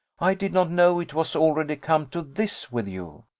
i did not know it was already come to this with you.